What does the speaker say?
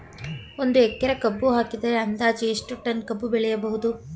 ಒಂದು ಎಕರೆ ಕಬ್ಬು ಹಾಕಿದರೆ ಅಂದಾಜು ಎಷ್ಟು ಟನ್ ಕಬ್ಬು ಬೆಳೆಯಬಹುದು?